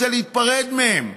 רוצה להיפרד מהם.